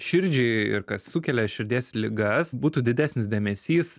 širdžiai ir kas sukelia širdies ligas būtų didesnis dėmesys